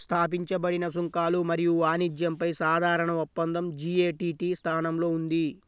స్థాపించబడిన సుంకాలు మరియు వాణిజ్యంపై సాధారణ ఒప్పందం జి.ఎ.టి.టి స్థానంలో ఉంది